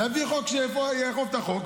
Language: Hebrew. נביא חוק שיאכוף את החוק,